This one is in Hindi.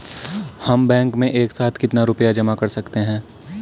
हम बैंक में एक साथ कितना रुपया जमा कर सकते हैं?